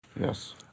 Yes